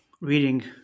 reading